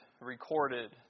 recorded